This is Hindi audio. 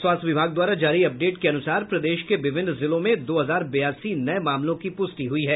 स्वास्थ्य विभाग द्वारा जारी अपडेट के अनुसार प्रदेश के विभिन्न जिलों में दो हजार बयासी नये मामलों की प्रष्टि हुई है